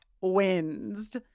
wins